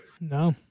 No